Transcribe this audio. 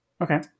Okay